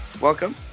Welcome